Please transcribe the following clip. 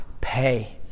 pay